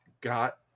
got